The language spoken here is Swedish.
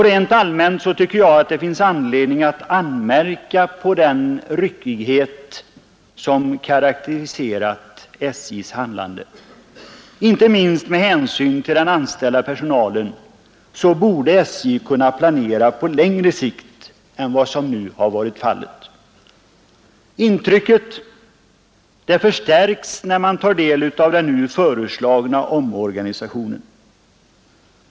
Rent allmänt tycker jag att det finns anledning att anmärka på den ryckighet som karakteriserat SJ:s handlande. Inte minst med hänsyn till den anställda personalen borde SJ kunna planera på längre sikt än vad som nu har varit fallet. Intrycket förstärks när man tar del av den nu föreslagna omorganisationen.